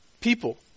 people